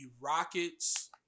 Rockets